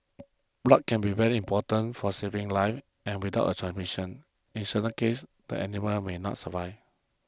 blood can be very important for saving lives and without a transfusion in certain cases the animal may not survive